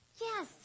yes